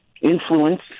influence